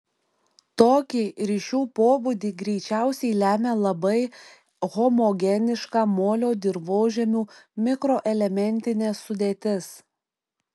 tokį ryšių pobūdį greičiausiai lemia labai homogeniška molio dirvožemių mikroelementinė sudėtis